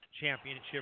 championship